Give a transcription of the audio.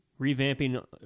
revamping